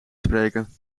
spreken